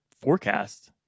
forecast